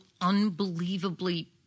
unbelievably